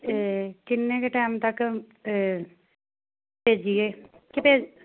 ਅਤੇ ਕਿੰਨੇ ਕੁ ਟਾਈਮ ਤੱਕ ਭੇਜੀਏ ਕਿਤੇ